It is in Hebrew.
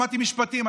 למדתי משפטים.